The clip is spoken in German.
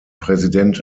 präsident